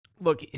look